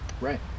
Right